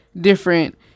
different